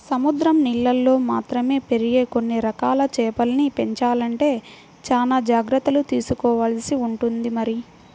సముద్రం నీళ్ళల్లో మాత్రమే పెరిగే కొన్ని రకాల చేపల్ని పెంచాలంటే చానా జాగర్తలు తీసుకోవాల్సి ఉంటుంది మరి